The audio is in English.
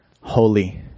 holy